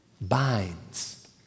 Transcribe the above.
Binds